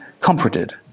comforted